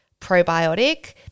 probiotic